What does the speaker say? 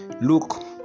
Look